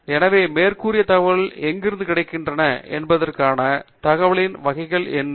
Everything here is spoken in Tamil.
எனவே மேற்கூறிய தகவல்கள் எங்கிருந்து கிடைக்கின்றன என்பதற்கான தகவல்களின் வகைகள் என்னென்ன